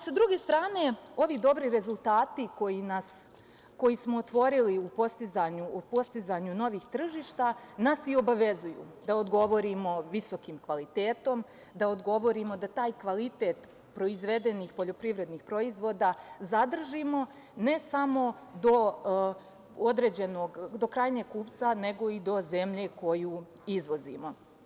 Sa druge strane, ovi dobri rezultati koji smo otvorili u postizanju novih tržišta nas i obavezuju da odgovorimo visokim kvalitetom, da odgovorimo da taj kvalitet proizvedenih poljoprivrednih proizvoda zadržimo, ne samo do krajnjeg kupca, nego i do zemlje koju izvozimo.